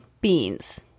beans